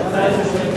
התש"ע 2010,